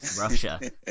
Russia